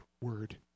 word